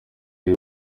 y’u